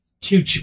two